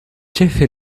ĉefe